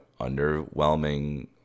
underwhelming